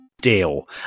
deal